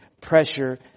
pressure